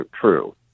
true